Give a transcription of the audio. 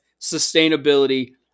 sustainability